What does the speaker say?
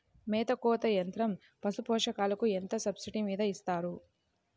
మేత కోత యంత్రం పశుపోషకాలకు ఎంత సబ్సిడీ మీద ఇస్తారు?